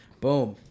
Boom